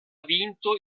vinto